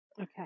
okay